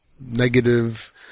negative